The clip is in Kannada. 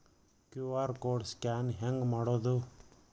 ಕ್ಯೂ.ಆರ್ ಕೋಡ್ ಸ್ಕ್ಯಾನ್ ಹೆಂಗ್ ಮಾಡೋದು?